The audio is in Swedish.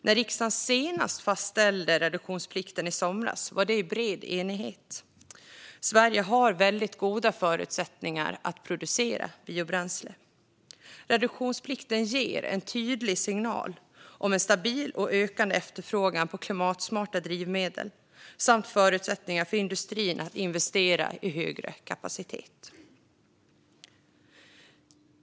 När riksdagen senast fastställde reduktionsplikten, i somras, var det i bred enighet. Sverige har väldigt goda förutsättningar att producera biobränsle. Reduktionsplikten ger en tydlig signal om en stabil och ökande efterfrågan på klimatsmarta drivmedel samt förutsättningar för industrin att investera i högre kapacitet.